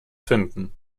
finden